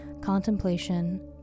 contemplation